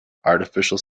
artificial